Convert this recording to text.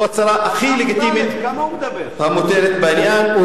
וחרם הוא הצורה הכי לגיטימית המותרת בעניין.